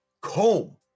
comb